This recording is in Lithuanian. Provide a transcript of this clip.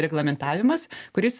reglamentavimas kuris